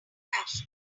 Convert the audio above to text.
passion